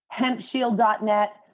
HempShield.net